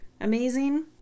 amazing